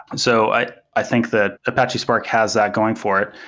so i i think that apache spark has that going for it.